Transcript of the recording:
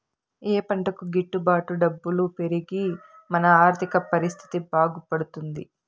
ఏ పంటకు గిట్టు బాటు డబ్బులు పెరిగి మన ఆర్థిక పరిస్థితి బాగుపడుతుంది?